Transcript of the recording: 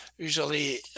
Usually